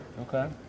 Okay